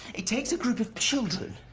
it takes a group of children.